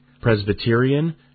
Presbyterian